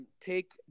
take